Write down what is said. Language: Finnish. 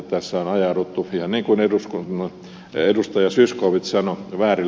tässä on ajauduttu ihan niin kuin ed